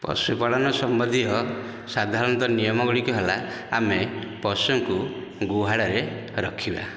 ପଶୁପାଳନ ସମ୍ବନ୍ଧୀୟ ସାଧାରଣତଃ ନିୟମ ଗୁଡ଼ିକ ହେଲା ଆମେ ପଶୁଙ୍କୁ ଗୁହାଳରେ ରଖିବା